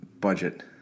budget